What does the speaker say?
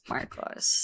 Marcos